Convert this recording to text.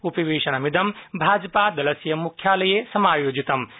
उपवेशनमिदं भाजपादलस्य मुख्यालये समायोजितमासीत्